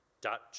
Dutch